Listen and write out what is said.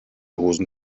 hosen